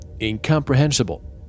Incomprehensible